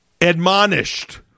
Admonished